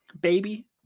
Baby